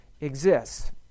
exists